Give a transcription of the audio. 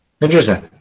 Interesting